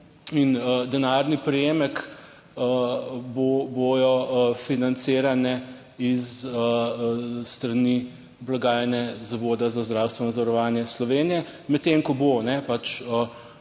in denarni prejemek, bodo financirane iz strani blagajne Zavoda za zdravstveno zavarovanje Slovenije, medtem ko bo pač,